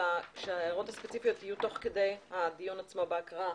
אלא שההערות הספציפיות יהיו תוך כדי הדיון עצמו בהקראה.